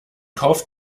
kauf